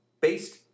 based